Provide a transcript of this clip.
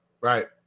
Right